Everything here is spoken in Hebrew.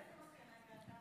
ולאיזו מסקנה הגעת?